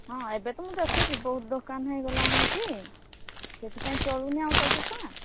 ହଁ ଏବେ ତ ମୁଁ ଦେଖୁଛି ବହୁତ ଦୋକାନ ହେଇଗଲାଣି ଏଠି ସେଥିପାଇଁ ଚଳୁନି ଆଉ ତୋ ଦୋକାନ